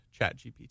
ChatGPT